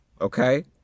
Okay